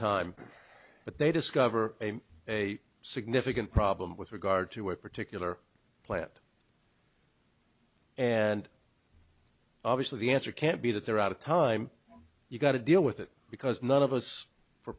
time but they discover a significant problem with regard to a particular plant and obviously the answer can't be that they're out of time you've got to deal with it because none of us for